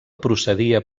procedia